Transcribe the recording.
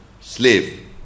slave